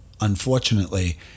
unfortunately